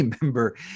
remember